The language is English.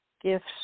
gifts